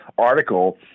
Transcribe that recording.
article